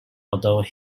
although